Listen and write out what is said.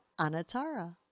Anatara